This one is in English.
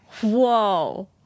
Whoa